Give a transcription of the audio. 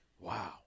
Wow